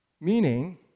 Meaning